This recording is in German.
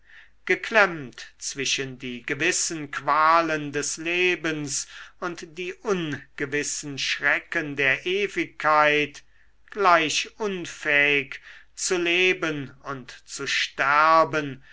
geklemmt zwischen die gewissen qualen des lebens und die ungewissen schrecken der ewigkeit gleich unfähig zu leben und zu sterben